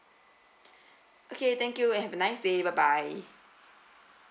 okay thank you and have a nice day bye bye